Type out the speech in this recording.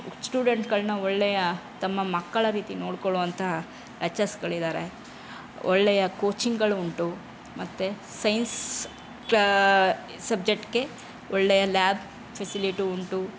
ಸ್ಟೂಡೆಂಟುಗಳ್ನ ಒಳ್ಳೆಯ ತಮ್ಮ ಮಕ್ಕಳ ರೀತಿ ನೋಡಿಕೊಳ್ಳುವಂತಹ ಲೆಚ್ಚರ್ಸುಗಳಿದಾರೆ ಒಳ್ಳೆಯ ಕೋಚಿಂಗಳು ಉಂಟು ಮತ್ತು ಸೈನ್ಸ್ ಕ್ಲಾ ಸಬ್ಜೆಕ್ಟಿಗೆ ಒಳ್ಳೆಯ ಲ್ಯಾಬ್ ಫೆಸಿಲಿಟಿ ಉಂಟು